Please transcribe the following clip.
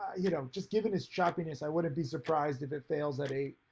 you know, just given it's choppiness i wouldn't be surprised if it fails at eight.